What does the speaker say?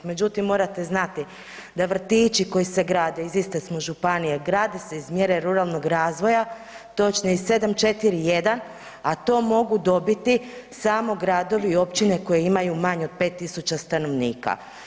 Međutim, možete znati da vrtići koji se grade, iz iste smo županije, grade se iz mjere ruralnog razvoja, točnije 7.4.1 a to mogu dobiti samo gradovi i općine koje imaju manje od 5.000 stanovnika.